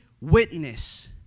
witness